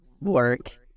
work